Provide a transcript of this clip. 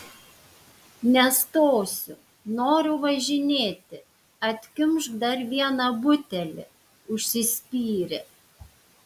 nestosiu noriu važinėti atkimšk dar vieną butelį užsispyrė